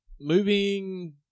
moving